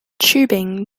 tubing